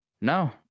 No